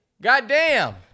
goddamn